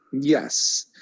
Yes